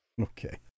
Okay